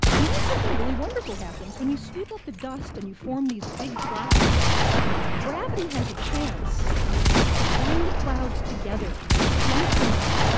and something really wonderful happens when you sweep up the dust, and you form these big clouds gravity has a chance to bring the clouds together, to clump them up,